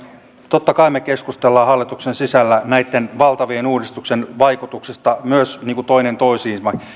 totta kai me keskustelemme hallituksen sisällä näitten valtavien uudistuksien vaikutuksista myös toinen toisiimme